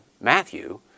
Matthew